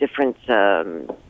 different